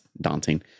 daunting